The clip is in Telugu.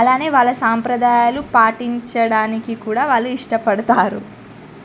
అలానే వాళ్ళ సాంప్రదాయాలు పాటించడానికి కూడా వాళ్ళు ఇష్టపడతారు